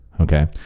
okay